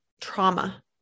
trauma